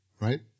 Right